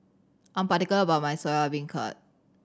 I'm particular about my Soya Beancurd